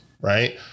right